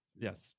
Yes